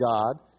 God